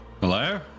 Hello